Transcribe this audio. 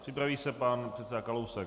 Připraví se pan předseda Kalousek.